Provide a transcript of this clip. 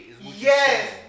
Yes